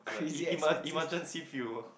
is a emer~ emergency fuel